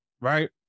Right